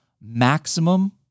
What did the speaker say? maximum